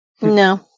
No